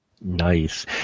nice